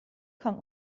kong